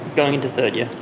going into third year.